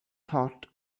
thought